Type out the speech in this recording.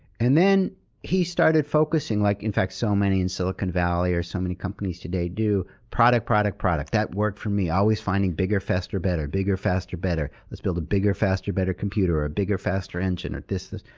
and then he started focusing, like, in fact, so many in silicon valley, or so many companies today do, product, product, product. that worked for me. always finding bigger, faster, better. bigger, faster, better. let's build a bigger, faster, better computer, or a bigger, faster engine, or this, this.